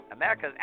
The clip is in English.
America's